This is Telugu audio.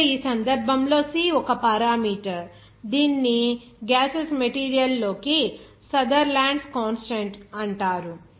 0T0CTCTTO32 ఇక్కడ ఈ సందర్భంలో C ఒక పారామీటర్ దీనిని గ్యాసెస్ మెటీరియల్ కి సదర్లాండ్స్ కాన్స్టాంట్Sutherland's constant అంటారు